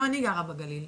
גם אני גרה בגליל,